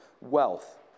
wealth